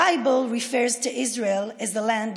המקרא מכנה את ישראל ארץ